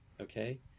Okay